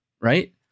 right